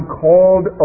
called